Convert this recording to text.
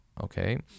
Okay